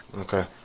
Okay